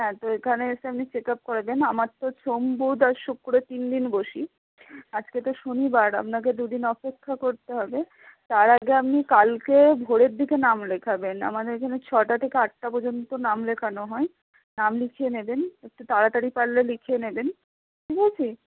হ্যাঁ তো এখানে এসে আপনি চেক আপ করাবেন আমার তো সোম বুধ আর শুক্র তিন দিন বসি আজকে তো শনিবার আপনাকে দু দিন অপেক্ষা করতে হবে তার আগে আপনি কালকে ভোরের দিকে নাম লেখাবেন আমাদের এখানে ছটা থেকে আটটা পর্যন্ত নাম লেখানো হয় নাম লিখিয়ে নেবেন একটু তাড়াতাড়ি পারলে লিখিয়ে নেবেন ঠিক আছে